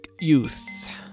Youth